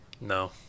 No